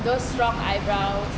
those strong eyebrow